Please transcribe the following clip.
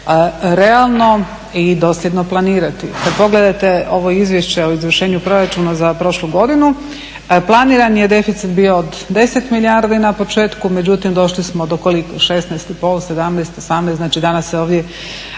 realno i dosljedno planirati. Kad pogledate ovo Izvješće o izvršenju proračuna za prošlu godinu planiran je deficit bio od 10 milijardi na početku, međutim došli smo do koliko 16 i pol, 17, 18. Znači danas se ovdje